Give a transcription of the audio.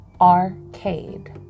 Arcade